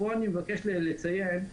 פה אני מבקש לציין,